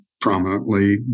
prominently